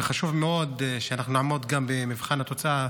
וחשוב מאוד שאנחנו נעמוד גם במבחן התוצאה